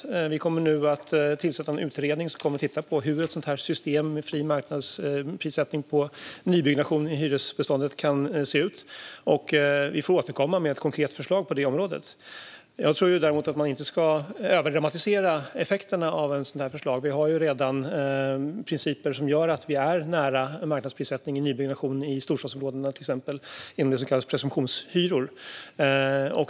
Regeringen kommer nu att tillsätta en utredning som ska titta på hur ett system med fri marknadsprissättning på nybyggnation i hyresbeståndet kan se ut. Vi får återkomma med ett konkret förslag på området. Jag tror inte att man ska överdramatisera effekterna av ett sådant förslag. Vi har redan principer som gör att vi är nära en marknadsprissättning vid nybyggnation i till exempel storstadsområdena genom så kallade presumtionshyror.